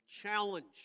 challenge